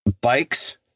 bikes